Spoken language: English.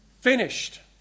finished